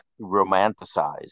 romanticized